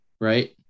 right